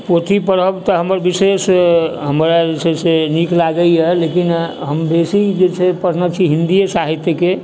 पोथी पढ़ब तऽ हमर विशेष हमरा जे छै से नीक लागैए लेकिन हम बेसी जे पढ़ने छी हिन्दी साहित्यके